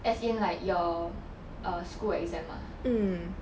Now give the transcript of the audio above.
as in like your err school exam ah